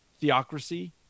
theocracy